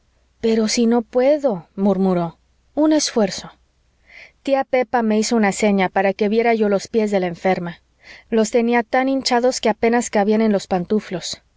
pero si no puedo murmuró un esfuerzo tía pepa me hizo una seña para que viera yo los pies de la enferma los tenía tan hinchados que apenas cabían en los pantuflos